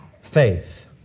faith